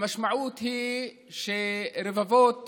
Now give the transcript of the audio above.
המשמעות היא שרבבות